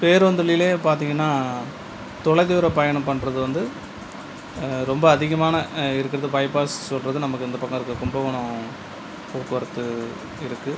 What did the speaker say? பேருந்துலிலே பார்த்திங்கன்னா தொலைதூரோம் பயணம் பண்ணுறது வந்து ரொம்ப அதிகமான இருக்கிறது பைபாஸ் சொல்கிறது நமக்கு இந்த பக்கம் இருக்கற கும்பகோணம் போக்குவரத்து இருக்குது